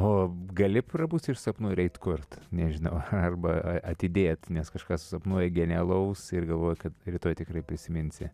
o gali prabusti iš sapnų ir eit kurt nežinau arba atidėti nes kažkas susapnuoja genialaus ir galvoja kad rytoj tikrai prisiminsi